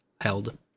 held